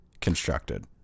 constructed